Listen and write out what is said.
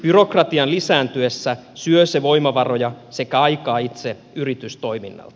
byrokratian lisääntyessä syö se voimavaroja sekä aikaa itse yritystoiminnalta